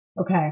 Okay